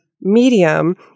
Medium